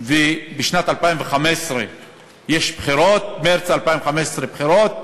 ובשנת 2015 יש בחירות, במרס 2015 היו בחירות.